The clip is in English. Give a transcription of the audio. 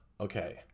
Okay